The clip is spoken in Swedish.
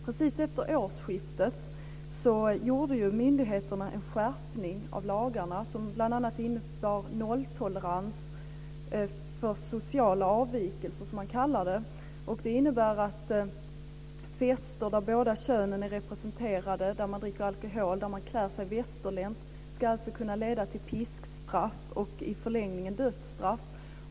Precis efter årsskiftet gjorde ju myndigheterna en skärpning av lagarna som bl.a. innebar nolltolerans för sociala avvikelser, som man kallar det. Det innebär att fester där båda könen är representerade, där man dricker alkohol och där man klär sig västerländskt ska kunna leda till piskstraff och i förlängningen dödsstraff.